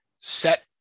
set